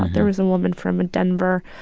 but there was a woman from ah denver.